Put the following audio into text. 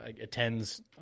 attends